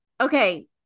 Okay